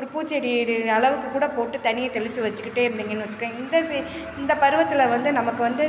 ஒரு பூச்செடி ரு அளவுக்குக்கூட போட்டு தண்ணியை தெளிச்சு வச்சிக்கிட்டே இருந்திங்கன்னு வச்சிங்க இந்த செ இந்த பருவத்தில் வந்து நமக்கு வந்து